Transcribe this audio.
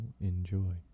enjoy